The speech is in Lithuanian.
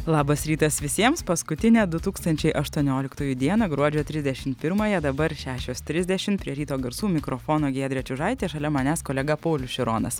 labas rytas visiems paskutinę du tūkstančiai aštuonioliktųjų dieną gruodžio trisdešim pirmąją dabar šešios trisdešim prie ryto garsų mikrofono giedrė čiužaitė šalia manęs kolega paulius šironas